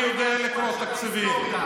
אני יודע לקרוא תקציבים.